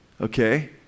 Okay